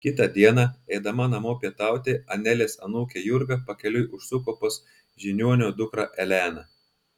kitą dieną eidama namo pietauti anelės anūkė jurga pakeliui užsuko pas žiniuonio dukrą eleną